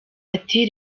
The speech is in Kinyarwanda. ati